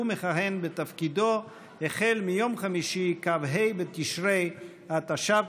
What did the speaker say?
והוא מכהן בתפקידו החל מיום חמישי כ"ה בתשרי התש"ף,